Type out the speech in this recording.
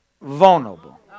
vulnerable